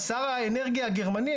שר האנרגיה הגרמני,